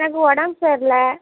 எனக்கு உடம்பு சரியில்ல